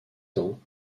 dans